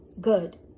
good